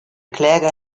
kläger